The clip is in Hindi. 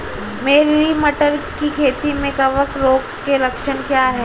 मेरी मटर की खेती में कवक रोग के लक्षण क्या हैं?